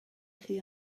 chi